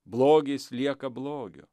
blogis lieka blogiu